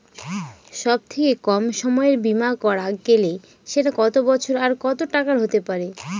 সব থেকে কম সময়ের বীমা করা গেলে সেটা কত বছর আর কত টাকার হতে পারে?